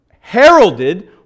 heralded